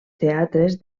teatres